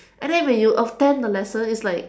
and then when you attend the lesson it's like